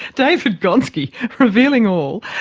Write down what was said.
david gonski revealing all,